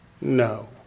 No